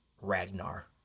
Ragnar